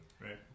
right